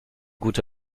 gute